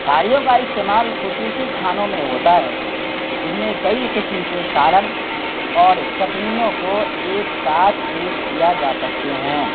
تھالیوں کا استعمال خصوصی کھانوں میں ہوتا ہے جن میں کئی قسم کے سالن اور چٹنیوں کو ایک ساتھ پیش کیا جا سکتے ہیں